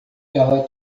ela